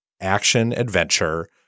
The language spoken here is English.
action-adventure